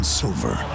silver